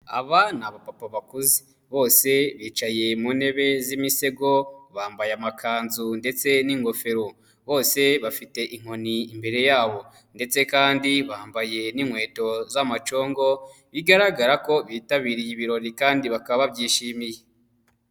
Aba ni abapapa bakuze. Bose bicaye mu ntebe z'imisego, bambaye amakanzu ndetse n'ingofero, bose bafite inkoni imbere yabo. Ndetse kandi bambaye n'inkweto z'amacongo, bigaragara ko bitabiriye ibirori kandi bakaba babyishimiye.